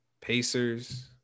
Pacers